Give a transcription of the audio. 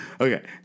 Okay